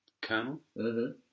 Colonel